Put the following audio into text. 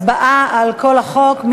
הצבעה על כל החוק.